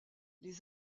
les